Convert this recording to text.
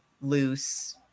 loose